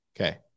Okay